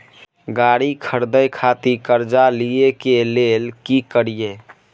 गाड़ी खरीदे खातिर कर्जा लिए के लेल की करिए?